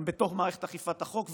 גם בתוך מערכת אכיפת החוק,